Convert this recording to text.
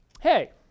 hey